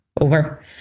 over